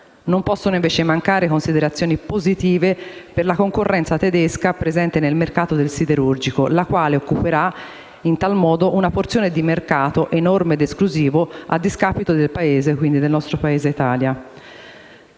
Non possono, invece, mancare considerazioni positive per la concorrenza tedesca presente nel mercato del siderurgico, la quale occuperà, in tal modo, una porzione di mercato enorme a esclusivo discapito del nostro Paese.